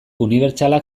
unibertsalak